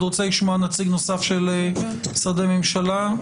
רוצה לשמוע נציג נוסף ממשרדי הממשלה.